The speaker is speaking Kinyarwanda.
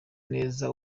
neza